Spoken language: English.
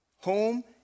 home